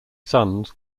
sons